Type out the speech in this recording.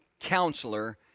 counselor